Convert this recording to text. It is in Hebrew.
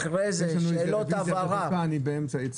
אחרי כן יהיו שאלות הבהרה על ידי